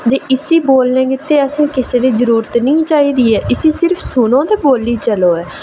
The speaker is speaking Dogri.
ते इसी बोलने गितै असें गी कुसै दी जरूरत निं चाहिदी ऐ इसी सिर्फ सुनो ते बोल्ली चलो ऐ